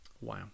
wow